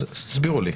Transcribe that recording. תסבירו לי.